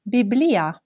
Biblia